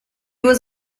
was